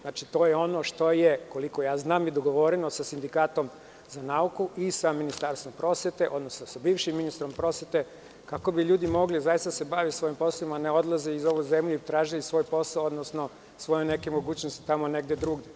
Znači, to je ono što je, koliko ja znam i dogovoreno je sa sindikatom za nauku i sa Ministarstvom prosvete, odnosno sa bivšim ministrom prosvete, kako bi ljudi mogli zaista da se bave svojim poslom, a ne da odlaze iz ove zemlje i traže svoj posao, odnosno svoje neke mogućnosti tamo negde drugde.